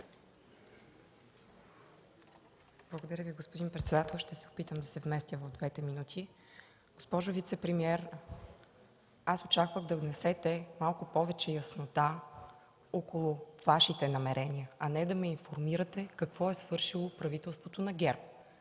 Благодаря Ви, господин председател. Ще се опитам да се вместя в двете минути. Госпожо вицепремиер, очаквах да внесете малко повече яснота около Вашите намерения, а не да ме информирате какво е свършило правителството на ГЕРБ,